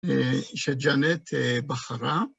שג'אנט בחרה.